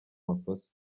makosa